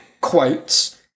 quotes